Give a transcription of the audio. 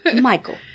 michael